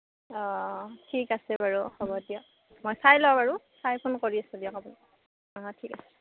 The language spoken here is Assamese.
অঁ ঠিক আছে বাৰু হ'ব দিয়ক মই চাই লওঁ বাৰু চাই ফোন কৰি আছো দিয়ক আপোনাক অঁ ঠিক আছে